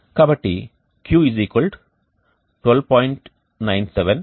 కాబట్టి Q 12